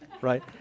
right